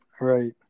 right